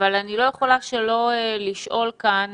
אבל אני לא יכולה שלא לשאול כאן